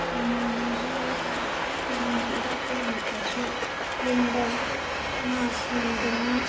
ꯏꯃꯣꯏꯅꯨ ꯍꯥꯏꯔꯒ ꯏꯃꯣꯏꯅꯨ ꯏꯔꯥꯠꯄ ꯅꯨꯃꯤꯠꯇꯁꯨ ꯌꯨꯝꯗ ꯉꯥ ꯊꯣꯡꯗꯨꯅ